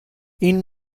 این